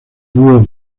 dúo